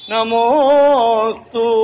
Namostu